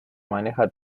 maneja